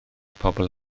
pobl